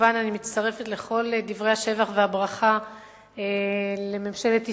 אני מצטרפת כמובן לכל דברי השבח והברכה לממשלת ישראל,